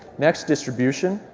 next, distribution.